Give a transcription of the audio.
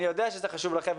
אני יודע שזה חשוב לכם.